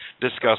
discuss